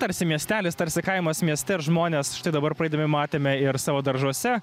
tarsi miestelis tarsi kaimas mieste ir žmonės štai dabar praeidami matėme ir savo daržuose